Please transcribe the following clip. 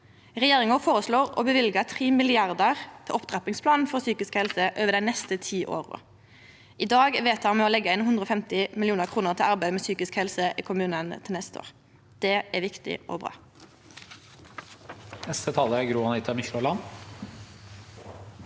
Regjeringa føreslår å løyva 3 mrd. kr til opptrappingsplanen for psykisk helse over dei neste ti åra. I dag vedtek me å leggja inn 150 mill. kr til arbeidet med psykisk helse i kommunane til neste år. Det er viktig og bra.